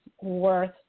worth